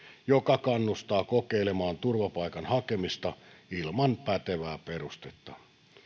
joka kannustaa kokeilemaan turvapaikan hakemista ilman pätevää perustetta